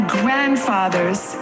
grandfathers